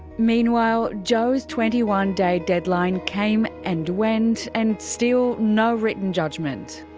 meanwhile, joe's twenty one day deadline came and went and still no written judgement.